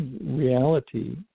reality